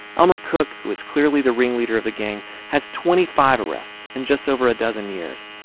elmer cook, who is clearly the ringleader of the gang, has twenty five arrests in just over a dozen years.